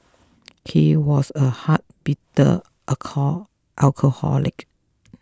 he was a hard bitter alcohol alcoholic